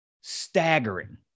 staggering